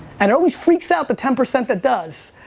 and always freaks out the ten percent that does,